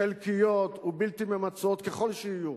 חלקיות ובלתי ממצות ככל שיהיו,